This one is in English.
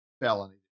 felony